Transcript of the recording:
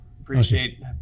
appreciate